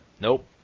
Nope